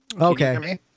okay